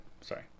sorry